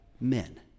men